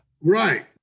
Right